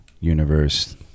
universe